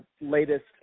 latest